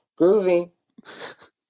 Groovy